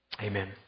Amen